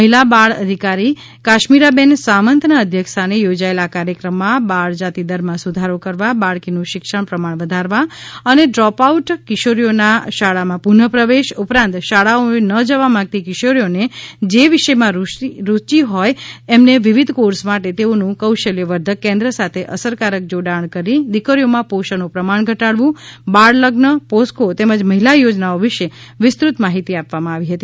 મહિલા બાળ અધિકારી કાશ્મીરાબઋ સાવંતના અધ્યક્ષ સ્થાન યોજાયભ આ કાર્યક્રમમાં બાળ જાતિ દરમાં સુધારો કરવા બાળકીનું શિક્ષણ પ્રમાણ વધારવા અના ડ્રોપ આઉટ કિશોરીઓના શાળામાં પુનઃ પ્રવશ ઉપરાંત શાળાઓએ ન જવા માંગતી કિશોરીઓનાજે વિષયમાં રૂષિ હોય એમના વિવિધ કોર્સ માટે તશ્મોનું કૌશલ્ય વર્ધક કેન્દ્ર સાથ અસરકારક જોડાણ કરી દીકરીઓમાં પોષણનું પ્રમાણ ઘટાડવું બાળ લઝ્ન પોસ્કો તમ્રાજ મહિલા યોજનાઓ વિશ વિસ્તૃત માહિતી આપવામાં આવી હતી